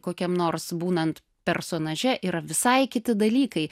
kokiam nors būnant personaže yra visai kiti dalykai